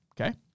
Okay